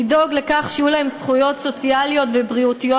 לדאוג לכך שיהיו להם זכויות סוציאליות ובריאותיות,